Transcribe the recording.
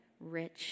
rich